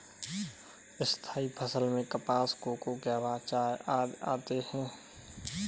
स्थायी फसल में कपास, कोको, कहवा, चाय आदि आते हैं